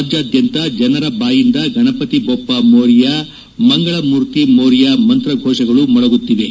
ರಾಜ್ಯಾದ್ಯಂತ ಜನರ ಬಾಯಿಂದ ಗಣಪತಿ ಬೊಪ್ಪ ಮೋರ್ಯಾ ಮಂಗಳಮೂರ್ತಿ ಮೋರ್ಯಾ ಮಂತ್ರಘೋಷಗಳು ಮೊಳಗುತ್ತಿವೆ